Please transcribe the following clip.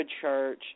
church